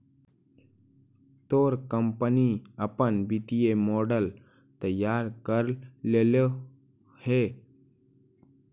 तोर कंपनी अपन वित्तीय मॉडल तैयार कर लेलो हे?